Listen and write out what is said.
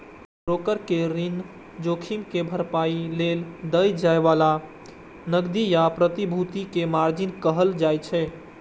broker कें ऋण जोखिम के भरपाइ लेल देल जाए बला नकदी या प्रतिभूति कें मार्जिन कहल जाइ छै